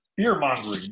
fear-mongering